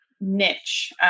niche